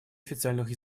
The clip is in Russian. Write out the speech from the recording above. официальных